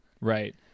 Right